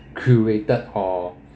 curated or